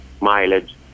mileage